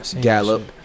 Gallup